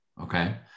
okay